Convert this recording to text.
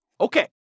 Okay